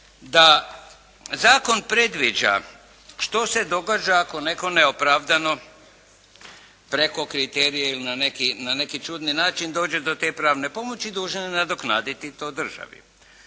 da zakon predviđa što se događa ako netko neopravdano preko kriterija ili na neki čudni način dođe do te pravne pomoći dužan je nadoknaditi to državi.